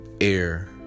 air